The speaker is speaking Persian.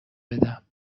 بدم